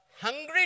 hungry